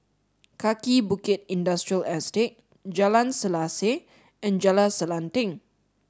Kaki Bukit Industrial Estate Jalan Selaseh and Jalan Selanting